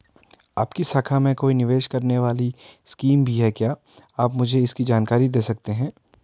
आपकी शाखा में कोई निवेश करने वाली स्कीम भी है क्या आप मुझे इसकी जानकारी दें सकते हैं?